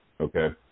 Okay